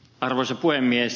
arvoisa puhemies